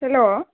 hello